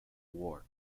war